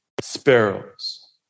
sparrows